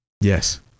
Yes